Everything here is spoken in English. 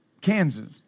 Kansas